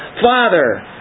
Father